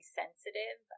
sensitive